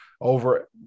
over